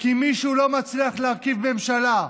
כי מישהו לא מצליח להרכיב ממשלה.